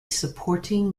supporting